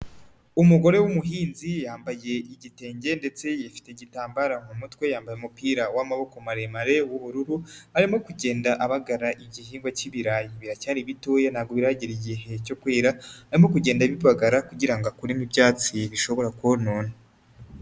Umugore w'umuhinzi yambaye igitenge ndetse yifitiey igitambaro mu mutwe, yambaye umupira w'amaboko maremare w'ubururu, arimo kugenda abagara igihingwa cy'ibirayi, biracyari bitoya ntabwo biragera igihe cyo kwera, arimo kugenda abibagara kugira ngo akuremo ibyatsi bishobora konona.